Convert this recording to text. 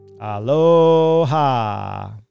Aloha